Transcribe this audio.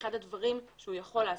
אחד הדברים שהוא יכול לעשות,